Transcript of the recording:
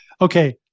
Okay